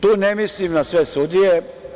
Tu ne mislim na sve sudije.